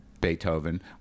Beethoven